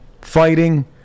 fighting